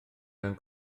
mewn